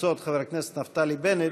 והתפוצות חבר הכנסת נפתלי בנט,